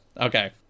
Okay